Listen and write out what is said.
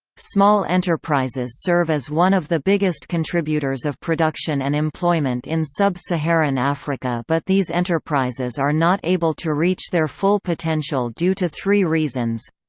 small enterprises serve as one of the biggest contributors of production and employment in sub-saharan africa but these enterprises are not able to reach their full potential due to three reasons